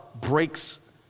breaks